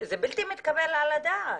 זה בלתי מתקבל על הדעת.